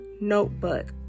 notebook